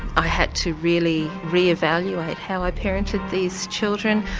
i had to really re-evaluate how i parented these children,